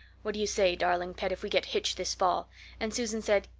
what do you say, darling pet, if we get hitched this fall and susan said,